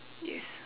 yes